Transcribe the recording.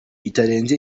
bitarenze